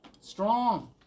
Strong